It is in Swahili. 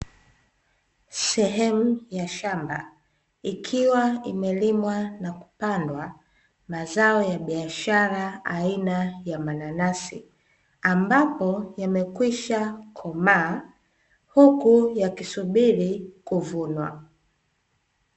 Sehemu ya shamba, ikiwa imelimwa na kupandwa mazao ya biashara aina ya mananasi, ambapo yamekwishwa komaa, huku yakisubiri kuvunwa.